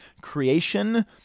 Creation